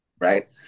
right